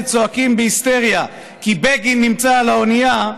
צועקים בהיסטריה שבגין נמצא על האונייה,